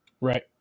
Right